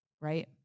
right